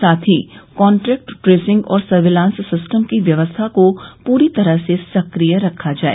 साथ ही contract tracing और सर्विलांस सिस्टम की व्यवस्था को पूरी तरह से सक्रिय रखा जाय